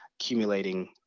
accumulating